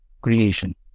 creation